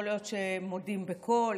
יכול להיות שמודים בקול,